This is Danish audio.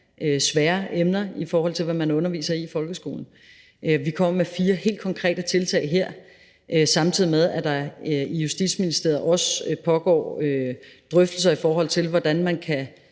svære emner, i forhold til hvad man underviser i i folkeskolen. Vi kommer her med fire helt konkrete tiltag, samtidig med at der også i Justitsministeriet pågår drøftelser, i forhold til hvordan man kan